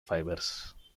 fibers